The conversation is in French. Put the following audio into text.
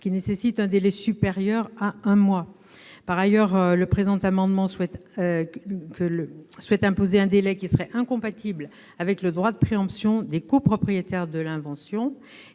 qui nécessite un délai supérieur à un mois. Par ailleurs, vous souhaitez imposer un délai qui serait incompatible avec le droit de préemption des copropriétaires de l'invention.